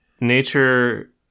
nature